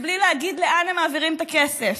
בלי להגיד לאן הם מעבירים את הכסף,